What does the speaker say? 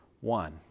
one